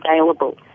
available